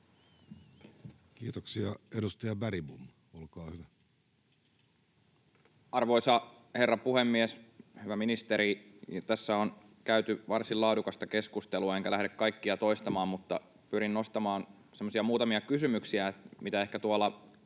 Kiitoksia. — Edustaja Bergbom, olkaa hyvä. Arvoisa herra puhemies! Hyvä ministeri! Tässä on käyty varsin laadukasta keskustelua enkä lähde kaikkia toistamaan, mutta pyrin nostamaan semmoisia muutamia kysymyksiä, mitä ehkä tuolla